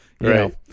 right